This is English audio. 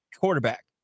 quarterback